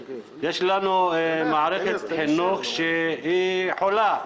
יש לנו מערכת חינוך שהיא חולה.